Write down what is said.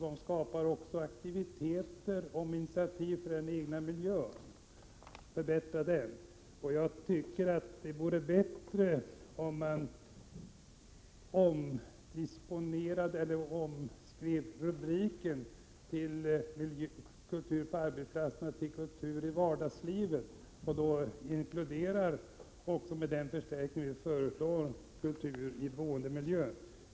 De ger också upphov till initiativ och aktiviteter för att förbättra den egna miljön. Det vore bättre om man ändrade rubriken från Kultur på arbetsplatserna till Kultur i vardagslivet och då, med den förstärkning vi föreslår, också inkluderade kultur i boendemiljön.